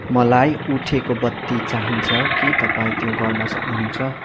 मलाई उठेको बत्ती चाहिन्छ के तपाईँ त्यो गर्न सक्नुहुन्छ